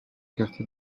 quartier